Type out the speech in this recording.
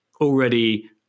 already